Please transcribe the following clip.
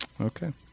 Okay